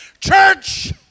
Church